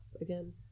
again